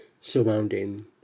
surrounding